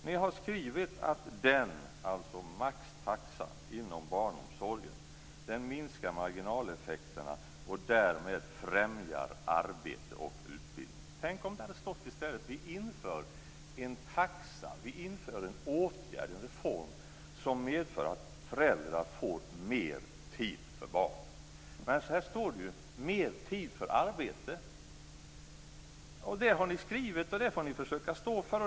Ni har skrivit att maxtaxan inom barnomsorgen minskar marginaleffekterna och därmed främjar arbete och utbildning. Tänk om det i stället hade stått att man inför en taxa och skapar en åtgärd eller reform som medför att föräldrar får mer tid för barnen. Men här står det om mer tid för arbete. Det har ni skrivit, och det får ni försöka stå för.